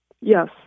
Yes